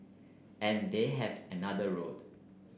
and they have another road